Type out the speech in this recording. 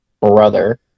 brother